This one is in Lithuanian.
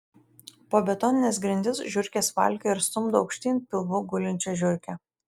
po betonines grindis žiurkės valkioja ir stumdo aukštyn pilvu gulinčią žiurkę